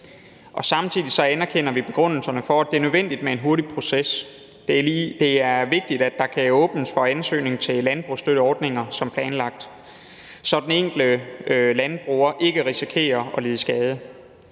Samtidig anerkender vi begrundelserne for, at det er nødvendigt med en hurtig proces. Det er vigtigt, at der kan åbnes for ansøgning til landbrugsstøtteordninger som planlagt, så den enkelte landbruger ikke risikerer at lide skade.